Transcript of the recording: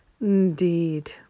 Indeed